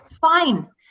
fine